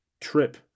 trip